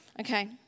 okay